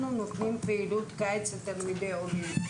אנחנו נותנים פעילות קיץ לתלמידי עולים,